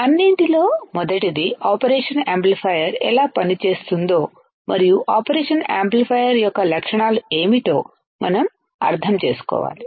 అన్నింటిలో మొదటిది operation amplifier ఎలా పనిచేస్తుందో మరియు ఆపరేషన్ యాంప్లిఫైయర్ యొక్క లక్షణాలు ఏమిటో మనం అర్థం చేసుకోవాలి